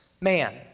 man